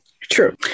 True